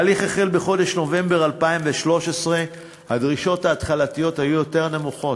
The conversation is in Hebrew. ההליך החל בחודש נובמבר 2013. הדרישות ההתחלתיות היו יותר נמוכות,